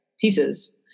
pieces